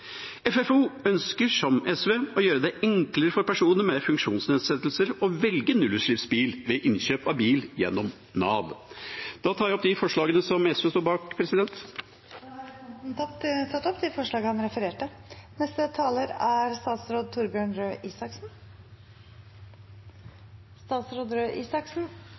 FFO ønsker, som SV, å gjøre det enklere for personer med funksjonsnedsettelse å velge nullutslippsbil ved innkjøp av bil gjennom Nav. Da tar jeg opp de forslagene som SV står bak. Da har representanten Arne Nævra tatt opp de forslagene han refererte